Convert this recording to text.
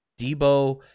Debo